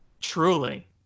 Truly